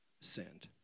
sinned